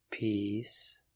Peace